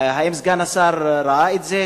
האם סגן השר ראה את זה?